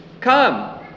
come